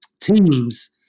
teams